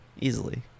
Easily